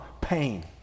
pain